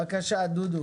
בבקשה, דודו.